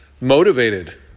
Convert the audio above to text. motivated